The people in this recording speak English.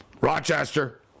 Rochester